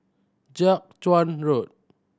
Jiak Chuan Road